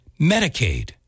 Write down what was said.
Medicaid